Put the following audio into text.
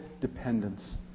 dependence